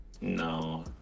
No